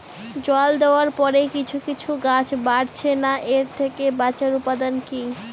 জল দেওয়ার পরে কিছু কিছু গাছ বাড়ছে না এর থেকে বাঁচার উপাদান কী?